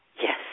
Yes